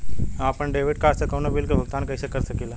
हम अपने debit card से कउनो बिल के भुगतान कइसे कर सकीला?